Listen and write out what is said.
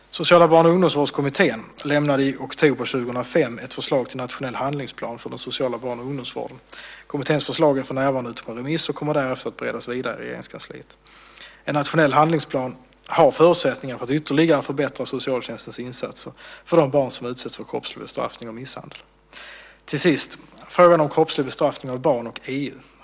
Sociala barn och ungdomsvårdskommittén lämnade i oktober 2005 ett förslag till en nationell handlingsplan för den sociala barn och ungdomsvården. Kommitténs förslag är för närvarande ute på remiss och kommer därefter att beredas vidare i Regeringskansliet. En nationell handlingsplan har förutsättningar att ytterligare förbättra socialtjänstens insatser för de barn som utsätts för kroppslig bestraffning och misshandel. Till sist: frågan om kroppslig bestraffning av barn och EU.